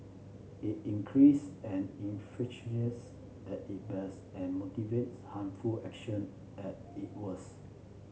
it increase and infuriates at it best and motivates harmful action at it worst